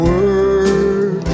Word